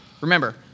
Remember